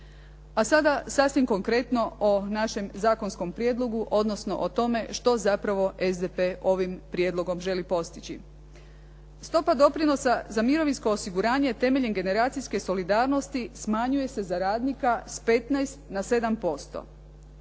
A sada sasvim konkretno o našem zakonskom prijedlogu, odnosno o tome što zapravo SDP ovim prijedlogom želi postići. Stopa doprinosa za mirovinsko osiguranje temeljem generacijske solidarnosti smanjuje se za radnika s 15 na 7%.